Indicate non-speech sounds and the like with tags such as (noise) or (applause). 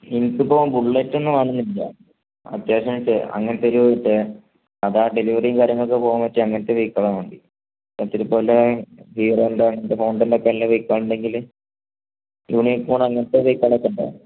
എനിക്ക് ഇപ്പോൾ ബുള്ളറ്റ് ഒന്നും വേണമെന്നില്ല അത്യാവശ്യം വെച്ചാൽ അങ്ങനത്തെ ഒരു അത് ആ ഡെലിവറിയും കാര്യങ്ങളും ഒക്കെ പോകാൻ പറ്റിയ അങ്ങനത്തെ വെഹിക്കൾ ആണ് വേണ്ടത് (unintelligible) ഹീറോ ഉണ്ടോ അങ്ങനത്തെ ഹോണ്ട ഒക്കെ വെഹിക്കൾ ഉണ്ടെങ്കിൽ യൂണിക്കോൺ അങ്ങനത്തെ വെഹിക്കിളൊക്കെ ഉണ്ടോ